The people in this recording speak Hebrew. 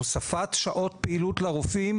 הוספת שעות פעילות לרופאים,